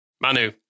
Manu